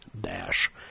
dash